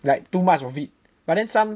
like too much of it but then some